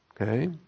okay